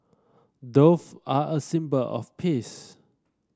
dove are a symbol of peace